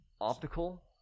Optical